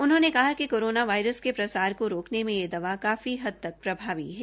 उन्होंने कहा कि कोरोना वायरस के प्रसार को रोकने में यह दवा काफी हद तक प्रभावी है